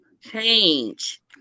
change